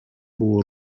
było